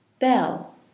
bell